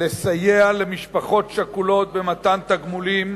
לסייע למשפחות שכולות במתן תגמולים,